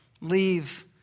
leave